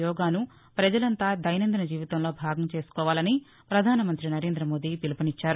యోగాసు ప్రజలంతా దైనందిన జీవితంలో భాగంగా చేసుకోవాలని పధాన మంతి నరేంద మోదీ పిలుపునిచ్చారు